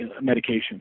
medication